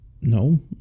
No